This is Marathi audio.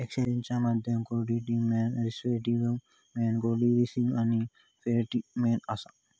एक्सचेंजचा माध्यम commodity money, representative money, cryptocurrency आणि फिएट मनी असा